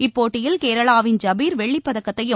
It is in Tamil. இப்போட்டியில் கேரளாவின் ஜபிர் வெள்ளிப் பதக்கத்தையும்